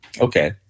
Okay